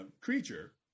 creature